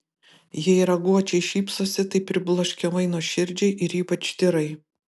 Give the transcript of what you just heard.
jei raguočiai šypsosi tai pribloškiamai nuoširdžiai ir ypač tyrai